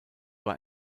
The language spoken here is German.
war